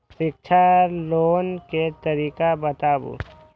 शिक्षा लोन के तरीका बताबू?